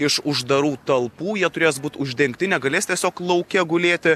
iš uždarų talpų jie turės būt uždengti negalės tiesiog lauke gulėti